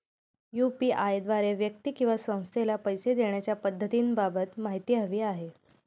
UPI द्वारे व्यक्ती किंवा संस्थेला पैसे देण्याच्या पद्धतींबाबत माहिती हवी आहे